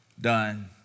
done